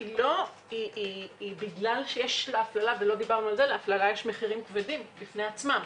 היא בגלל שיש להפללה מחירים כבדים בפני עצמם,